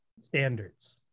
standards